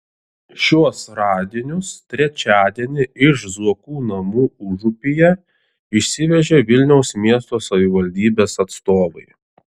šiuos radinius trečiadienį iš zuokų namų užupyje išsivežė vilniaus miesto savivaldybės atstovai